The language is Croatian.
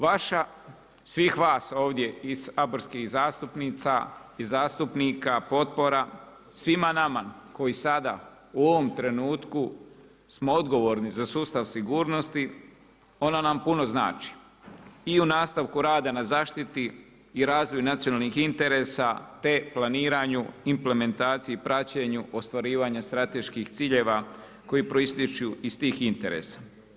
Vaša, svih vas ovdje i saborskih zastupnica i zastupnika, potpora svima nama koji sada u ovom trenutku smo odgovorni za sustav sigurnosti ona nam puno znači i u nastavku rada na zaštiti i razvoju nacionalnih interesa, te planiranju, implementaciji, praćenju ostvarivanja strateških ciljeva koji proistječu iz tih interesa.